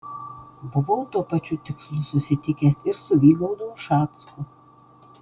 buvau tuo pačiu tikslu susitikęs ir su vygaudu ušacku